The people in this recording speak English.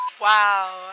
Wow